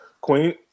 Queen